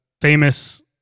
famous